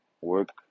work